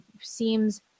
seems